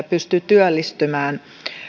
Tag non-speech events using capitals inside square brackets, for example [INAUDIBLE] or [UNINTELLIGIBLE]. [UNINTELLIGIBLE] pystyy työllistymään